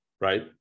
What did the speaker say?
right